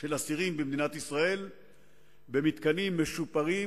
אסירים במדינת ישראל במתקנים משופרים,